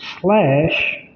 slash